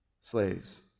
slaves